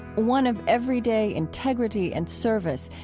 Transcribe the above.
one of everyday integrity and service,